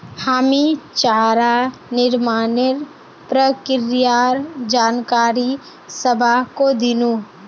हामी चारा निर्माणेर प्रक्रियार जानकारी सबाहको दिनु